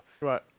Right